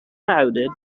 crowded